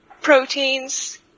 proteins